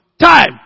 time